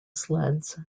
sleds